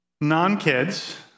non-kids